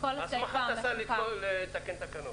הסמכת השר לתקן תקנות.